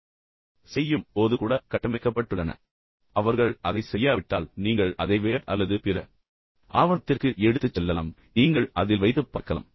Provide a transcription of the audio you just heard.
அவர்கள் அடிக்கோடிட்டுக் காட்டுவார்கள் எனவே அவர்கள் அதைச் செய்யாவிட்டால் நீங்கள் அதை வேர்ட் அல்லது பிற ஆவணத்திற்கு எடுத்துச் செல்லலாம் நீங்கள் அதில் வைத்து பார்க்கலாம்